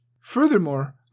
Furthermore